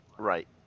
Right